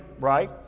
right